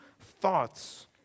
thoughts